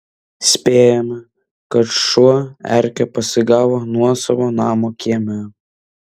spėjame kad šuo erkę pasigavo nuosavo namo kieme